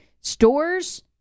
stores